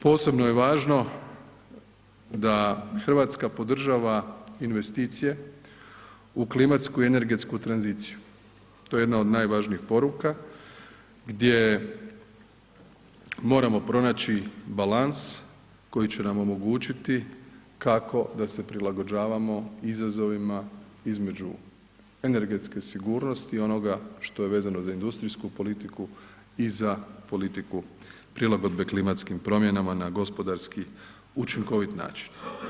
Posebno je važno da RH podržava investicije u klimatsku energetsku tranziciju, to je jedna od najvažnijih poruka gdje moramo pronaći balans koji će nam omogućiti kako da se prilagođavamo izazovima između energetske sigurnosti, onoga što je vezano za industrijsku politiku i za politiku prilagodbe klimatskim promjenama na gospodarski učinkovit način.